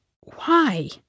Why